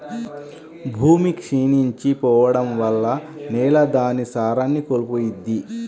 భూమి క్షీణించి పోడం వల్ల నేల దాని సారాన్ని కోల్పోయిద్ది